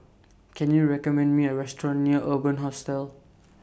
Can YOU recommend Me A Restaurant near Urban Hostel